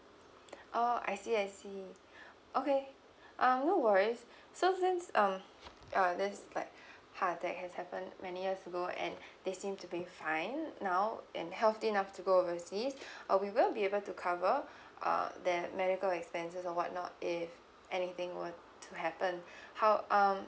oh I see I see okay uh no worries so since um uh this like heart attack has happened many years ago and they seem to be fine now and healthy enough to go oversea or we will be able to cover uh their medical expenses or what not if anything were to happen how um